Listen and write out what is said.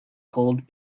called